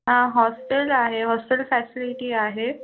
हां हॉस्टेल आहे hostel facility आहे